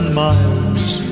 miles